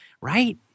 right